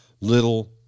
little